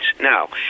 Now